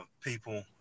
people